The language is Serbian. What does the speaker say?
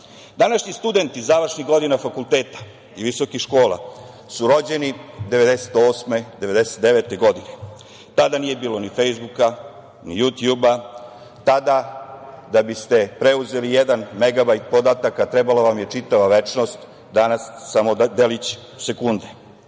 studenti završnih godina fakulteta i visokih škola su rođeni 1998, 1999. godine. Tada nije bilo ni „Fejsbuka“, ni „Jutjuba“, tada da biste preuzeli jedan megabajt podataka trebala vam je čitava večnost, danas samo delić sekunde. Kao